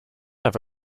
have